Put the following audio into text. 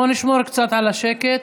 בואו נשמור קצת על השקט.